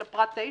אלא פרט 9,